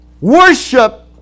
worship